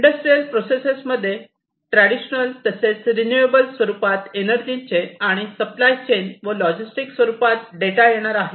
industrial process मध्ये traditional तसेच renewable स्वरूपात एनर्जीचे आणि सप्लाय चेन व लॉजिस्टिक स्वरूपात डेटा येणार आहे